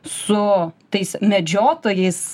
su tais medžiotojais